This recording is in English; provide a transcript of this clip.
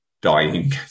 Dying